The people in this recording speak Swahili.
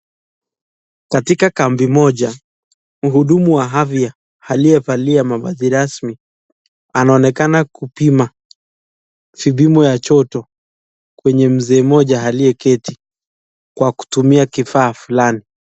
Katika kambi moja mhudumu wa afya alivalia mavazi rasmi anaonekana kupima kipimo ya joto kwa mzee mmoja aliyeketi kwa kutumia kifaa fulani.